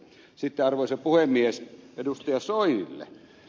sitten arvoisa puhemies ed